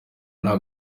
nta